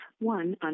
one